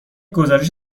گزارش